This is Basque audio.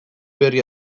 berri